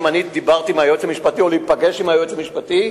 האם אני דיברתי עם היועץ המשפטי או להיפגש עם היועץ המשפטי,